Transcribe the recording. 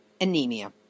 anemia